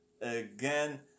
Again